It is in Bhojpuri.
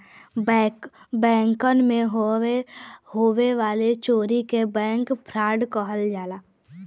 बैंकन मे होए वाले चोरी के बैंक फ्राड कहल जाला